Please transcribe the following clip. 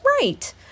right